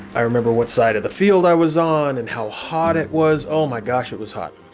i remember what side of the field i was on and how hot it was. oh my gosh, it was hot.